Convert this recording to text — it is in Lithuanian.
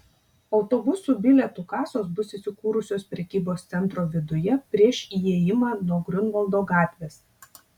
autobusų bilietų kasos bus įsikūrusios prekybos centro viduje prieš įėjimą nuo griunvaldo gatvės